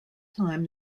time